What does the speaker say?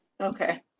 Okay